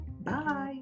Bye